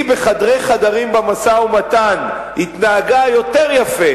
בחדרי חדרים במשא-ומתן התנהגה יותר יפה,